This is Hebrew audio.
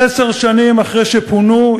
עשר שנים אחרי שפונו,